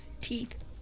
Teeth